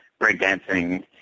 breakdancing